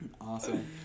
awesome